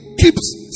keeps